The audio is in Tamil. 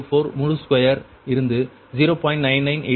05244 முழு ஸ்கொயர் இருந்து 0